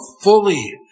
fully